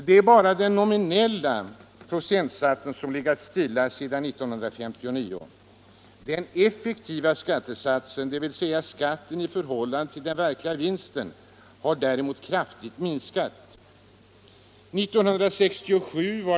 Det är bara den nominella procentsatsen som har legat stilla sedan 1959.